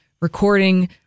recording